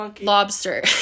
lobster